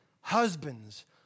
husbands